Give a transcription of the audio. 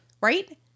right